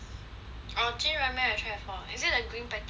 orh Jin ramen I try before is it the green packet [one] or something like that